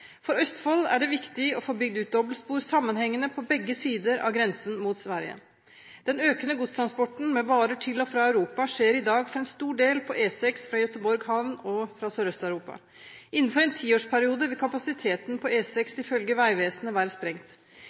For Østfold er det viktig å få bygd ut dobbeltspor sammenhengende på begge sider av grensen mot Sverige. Den økende godstransporten med varer til og fra Europa skjer i dag for en stor del på E6 fra Gøteborg havn og fra Sørøst-Europa. Innenfor en tiårsperiode vil kapasiteten på E6 ifølge Vegvesenet være sprengt.